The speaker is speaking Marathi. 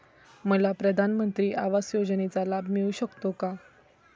मला प्रधानमंत्री आवास योजनेचा लाभ मिळू शकतो का?